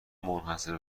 منحصر